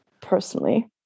personally